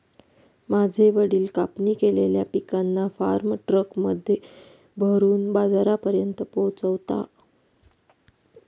माझे वडील कापणी केलेल्या पिकांना फार्म ट्रक मध्ये भरून बाजारापर्यंत पोहोचवता